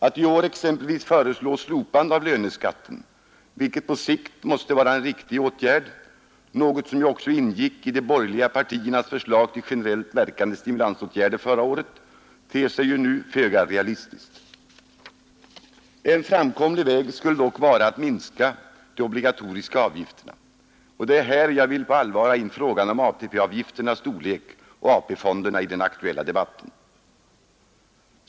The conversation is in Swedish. Att i år exempelvis föreslå slopande av löneskatten — vilket på sikt måste vara en riktig åtgärd — något som ju också förra året ingick i de borgerliga partiernas förslag till generellt verkande stimulansåtgärder — ter sig nu föga realistiskt. En framkomlig väg skulle dock kunna vara att söka minska de obligatoriska avgifterna. Det är här jag på allvar vill ha in frågan om ATP-avgifternas storlek och AP-fonderna i den aktuella debatten.